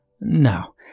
No